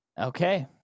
Okay